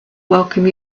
welcome